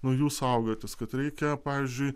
nuo jų saugotis kad reikia pavyzdžiui